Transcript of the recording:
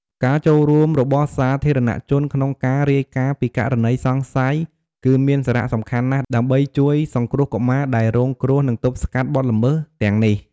ការចូលរួមរបស់សាធារណជនក្នុងការរាយការណ៍ពីករណីសង្ស័យ គឺមានសារៈសំខាន់ណាស់ ដើម្បីជួយសង្គ្រោះកុមារដែលរងគ្រោះ និងទប់ស្កាត់បទល្មើសទាំងនេះ។